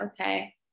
okay